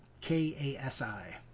K-A-S-I